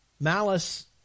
Malice